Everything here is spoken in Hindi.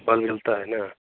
पानी जमता है न